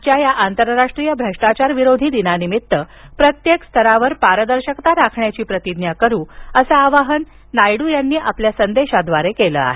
आजच्या या आंतरराष्ट्रीय भ्रष्टाचारविरोधी दिनानिमित्त प्रत्येक स्तरावर पारदर्शकता राखण्याची प्रतिज्ञा करू असं आवाहन नायडू यांनी आपल्या संदेशाद्वारे केलं आहे